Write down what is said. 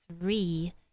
three